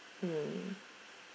mm